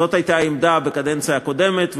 זאת הייתה העמדה בקדנציה הקודמת,